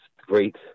great